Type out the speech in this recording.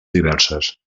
diverses